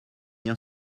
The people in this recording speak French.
bien